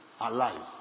alive